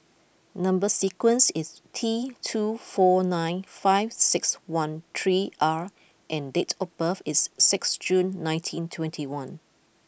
number sequence is T two four nine five six one three R and date of birth is six June nineteen twenty one